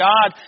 God